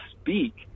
speak